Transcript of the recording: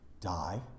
die